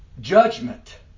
judgment